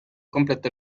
completo